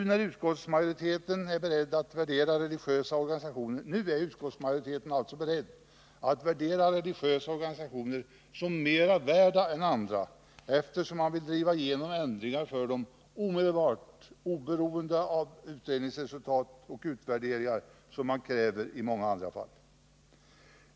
Nu är utskottsmajoriteten alltså beredd att betrakta religiösa organisationer som mera värda än andra, eftersom man vill driva igenom ändringar för dem omedelbart, oberoende av utredningsresultat och utvärderingar, som man kräver i andra fall.